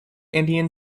indian